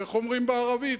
איך אומרים בערבית?